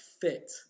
fit